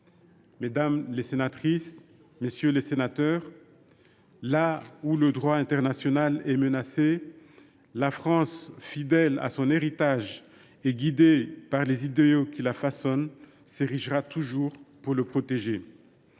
Mesdames les sénatrices, messieurs les sénateurs, là où le droit international est menacé, la France, fidèle à son héritage et guidée par les idéaux qui la façonnent, s’érigera toujours pour le protéger.